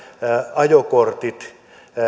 ajokortit